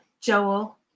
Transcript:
Joel